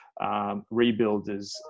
Rebuilders